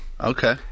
okay